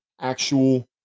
actual